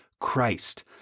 Christ